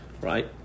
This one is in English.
right